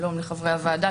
שלום לחברי הוועדה,